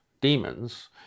demons